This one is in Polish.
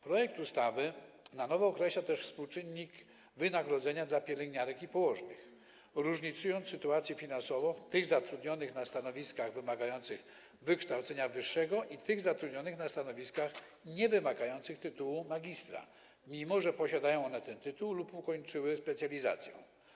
Projekt ustawy na nowo określa też współczynnik wynagrodzenia dla pielęgniarek i położnych, różnicując sytuację finansową tych zatrudnionych na stanowiskach wymagających wykształcenia wyższego i tych zatrudnionych na stanowiskach niewymagających tytułu magistra, mimo że posiadają one ten tytuł lub ukończyły specjalizację.